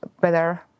better